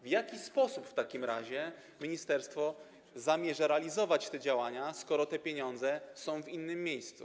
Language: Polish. W jaki sposób ministerstwo zamierza realizować te działania, skoro te pieniądze są w innym miejscu?